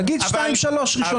תגיד שניים-שלושה ראשונים.